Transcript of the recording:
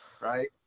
right